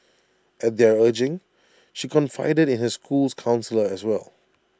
at their urging she confided in her school's counsellor as well